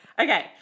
okay